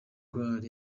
gaal